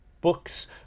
books